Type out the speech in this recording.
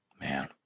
Man